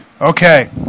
Okay